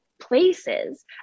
places